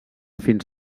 fins